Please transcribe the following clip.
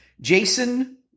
Jason